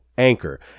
Anchor